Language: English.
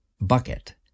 bucket